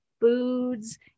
foods